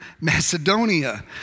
Macedonia